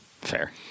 Fair